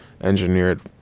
engineered